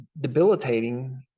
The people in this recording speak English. debilitating